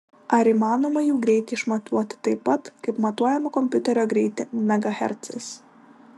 ar įmanoma jų greitį išmatuoti taip pat kaip matuojame kompiuterio greitį megahercais